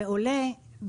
בעולה,